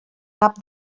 cap